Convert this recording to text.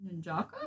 Ninjaka